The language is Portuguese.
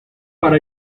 para